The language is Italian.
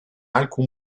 alcun